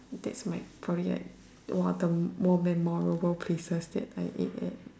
that's my story right one of the more memorable places that I ate at